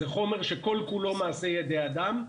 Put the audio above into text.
זה חומר שכל כולו מעשה ידי אדם.